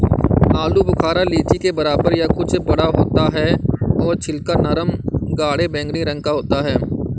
आलू बुखारा लीची के बराबर या कुछ बड़ा होता है और छिलका नरम गाढ़े बैंगनी रंग का होता है